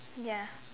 ya